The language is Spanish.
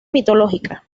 mitológica